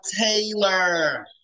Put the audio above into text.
Taylor